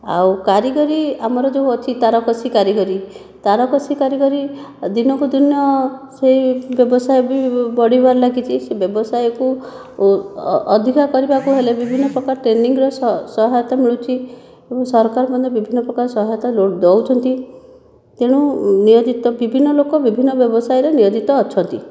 ଆଉ କାରିଗରୀ ଆମର ଯେଉଁ ଅଛି ତାରକସୀ କାରିଗରୀ ତାରକସୀ କାରିଗରୀ ଦିନକୁ ଦିନ ସେହି ବ୍ୟବସାୟ ବି ବଢ଼ିବାରେ ଲାଗିଛି ସେ ବ୍ୟବସାୟକୁ ଅଧିକ କରିବାକୁ ହେଲେ ବିଭିନ୍ନ ପ୍ରକାର ଟ୍ରେନିଂ ର ସହାୟତା ମିଳୁଛି ଏବଂ ସରକାର ମଧ୍ୟ ବିଭିନ୍ନ ପ୍ରକାର ସହାୟତା ଦେଉଛନ୍ତି ତେଣୁ ନିୟୋଜିତ ବିଭିନ୍ନ ଲୋକ ବିଭିନ୍ନ ବ୍ୟବସାୟରେ ନିୟୋଜିତ ଅଛନ୍ତି